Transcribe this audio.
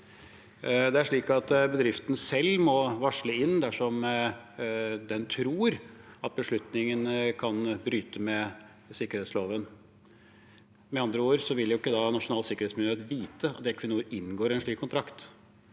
Det er slik at bedriften selv må varsle inn dersom den tror at beslutningen kan bryte med sikkerhetsloven. Med andre ord vil ikke Nasjonal sikkerhetsmyndighet vite at Equinor inngår en slik kontrakt.